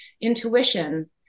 intuition